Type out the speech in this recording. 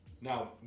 Now